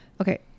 Okay